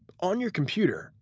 on your computer,